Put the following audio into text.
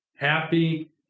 Happy